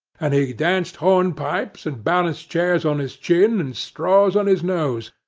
and he danced hornpipes, and balanced chairs on his chin, and straws on his nose,